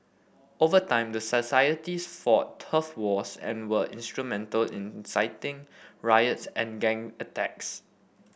over time the societies fought turf wars and were instrumental in inciting riots and gang attacks